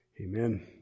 Amen